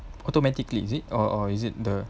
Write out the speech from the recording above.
automatically is it or or is it the